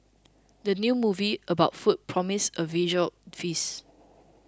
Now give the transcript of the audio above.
the new movie about food promises a visual feast